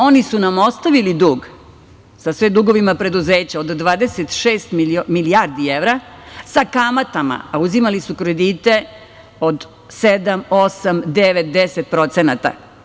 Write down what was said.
Oni su nam ostavili dug sa sve dugovima preduzeća od 26 milijardi evra, sa kamatama, a uzimali su kredite od 7, 8, 9 i 10 procenata.